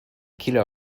kilo